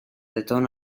denotan